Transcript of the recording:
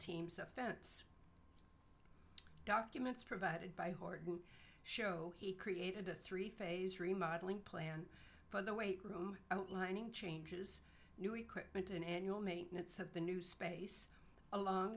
team's offense documents provided by horton show he created a three phase remodelling plan for the weight room lining changes new equipment an annual maintenance of the new space alon